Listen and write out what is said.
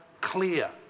clear